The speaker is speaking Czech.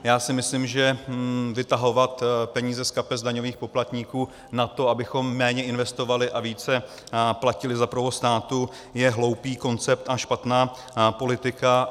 Já si myslím, že vytahovat peníze z kapes daňových poplatníků na to, abychom méně investovali a více platili za provoz státu, je hloupý koncept a špatná politika.